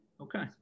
okay